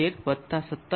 13 વત્તા 17